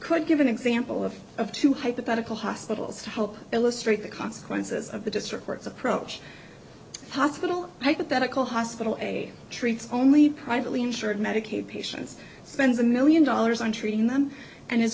could give an example of of two hypothetical hospitals to help illustrate the consequences of the district courts approach hospital hypothetical hospital a treats only privately insured medicaid patients spends a million dollars on treating them and is